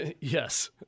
Yes